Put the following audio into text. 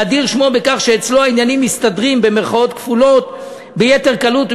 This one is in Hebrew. להאדיר שמו בכך שאצלו העניינים 'מסתדרים' ביתר קלות,